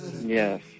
Yes